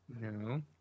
No